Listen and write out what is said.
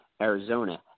Arizona